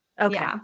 Okay